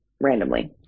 randomly